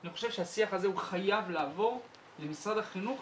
אני חושב שהשיח הזה חייב לעבור למשרד החינוך